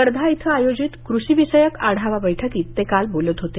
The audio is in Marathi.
वर्धा इथ आयोजित कृषी विषयक आढावा बैठकीत ते बोलत होते